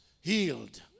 Healed